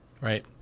Right